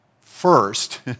first